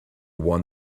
one